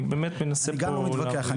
אני גם לא מתווכח.